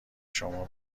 شما